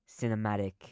cinematic